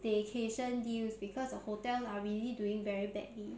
vacation deals because the hotel are really doing very badly